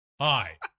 Hi